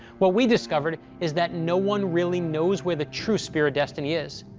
what we discovered is that no one really knows where the true spear of destiny is.